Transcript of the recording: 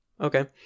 Okay